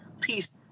peace